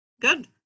Good